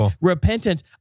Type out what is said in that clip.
repentance